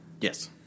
Yes